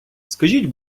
скажіть